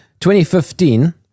2015